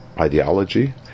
ideology